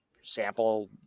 sample